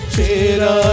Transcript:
Chera